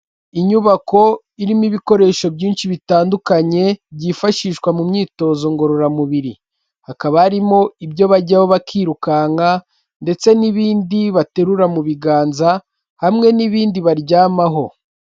Inyubako irimo ibikoresho byinshi bitandukanye byifashishwa mu myitozo ngororamubiri, hakaba harimo ibyo bajyaho bakirukanka ndetse n'ibindi baterura mu biganza hamwe n'ibindi baryamaho.